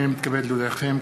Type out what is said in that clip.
הנני מתכבד להודיעכם,